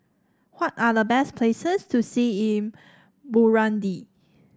what are the best places to see in Burundi